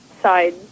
side